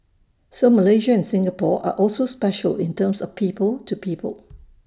so Malaysia and Singapore are also special in terms of people to people